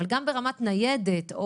אבל גם ברמת ניידת,